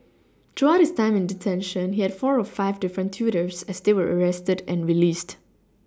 throughout his time in detention he had four or five different tutors as they were arrested and released